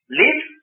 live